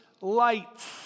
lights